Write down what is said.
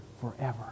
forever